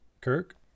kirk